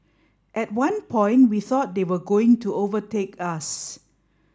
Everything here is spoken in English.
at one point we thought they were going to overtake us